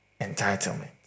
entitlement